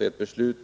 Ett beslut